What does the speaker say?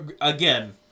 again